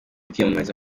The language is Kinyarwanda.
kwiyamamariza